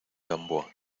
gamboa